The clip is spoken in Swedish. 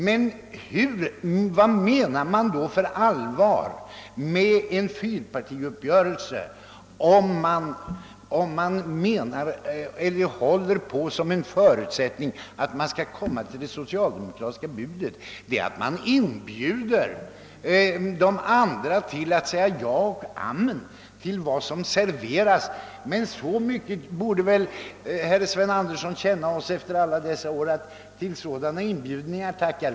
Men vad var det då för allvar med fyrparti uppgörelsen, om socialdemokraterna anser det vara en förutsättning för förhandling att vi säger ja och amen till vad de serverar? Så mycket borde väl statsrådet Sven Andersson känna oss efter alla dessa år, att han vet att vi tackar nej till sådana inbjudningar.